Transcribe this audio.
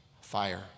fire